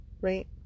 Right